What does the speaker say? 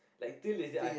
like till this day I